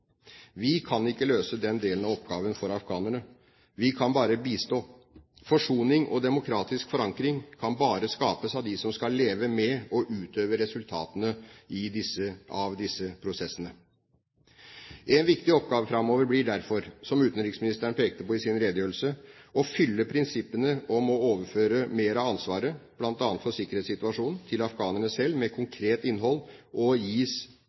Vi kan ikke løse den delen av oppgaven for afghanerne. Vi kan bare bistå. Forsoning og demokratisk forankring kan bare skapes av dem som skal leve med og utøve resultatene av disse prosessene. En viktig oppgave framover blir derfor, som utenriksministeren pekte på i sin redegjørelse, å fylle prinsippene om å overføre mer av ansvaret, bl.a. for sikkerhetssituasjonen, til afghanerne selv med konkret innhold og gis